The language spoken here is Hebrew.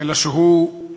אלא שהוא מתקיים,